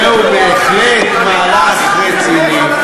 וכן, זהו בהחלט מהלך רציני,